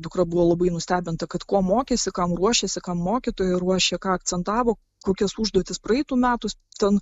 dukra buvo labai nustebinta kad kuo mokėsi kam ruošėsi kam mokytojai ruošė ką akcentavo kokias užduotis praeitų metų ten